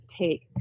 take